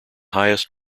highest